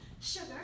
Sugar